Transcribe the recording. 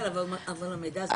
כן, אבל המידע הזה.